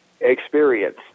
experience